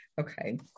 Okay